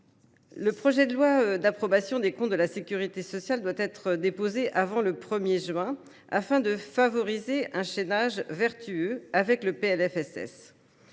Le projet de loi d’approbation des comptes de la sécurité sociale doit être déposé avant le 1juin, afin de favoriser un « chaînage vertueux » avec le projet